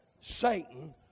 Satan